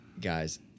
Guys